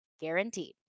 guaranteed